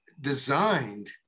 designed